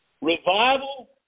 Revival